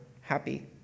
happy